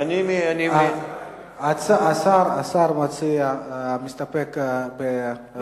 השר מסתפק בבקשה?